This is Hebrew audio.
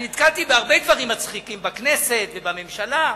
אני נתקלתי בהרבה דברים מצחיקים בכנסת ובממשלה,